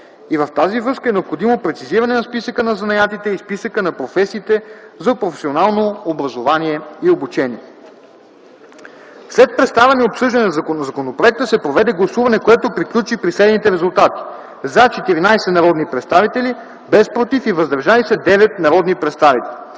И в тази връзка е необходимо прецизиране на списъка на занаятите и списъка на професиите за професионално образование и обучение. След представяне и обсъждане на законопроекта се проведе гласуване, което приключи при следните резултати: “за” – 14 народни представители, без “против” и “въздържали се” – 9 народни представители.